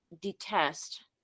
detest